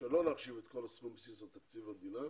שלא להחשיב את כל הסכום בבסיס תקציב המדינה